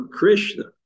krishna